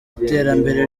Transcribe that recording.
iterambere